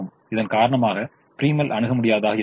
இதன் காரணமாக ப்ரிமல் அணுக முடியாததாக இருக்கிறது